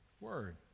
Word